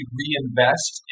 reinvest